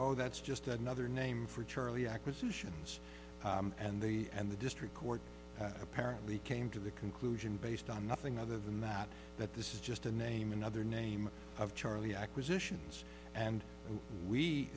oh that's just another name for charlie acquisitions and the and the district court apparently came to the conclusion based on nothing other than that that this is just a name another name of charlie acquisitions and we